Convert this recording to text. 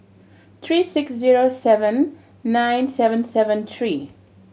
three six zero seven nine seven seven three